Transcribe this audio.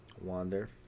Wander